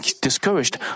discouraged